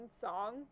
song